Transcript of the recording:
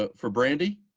ah for brandi.